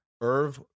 Irv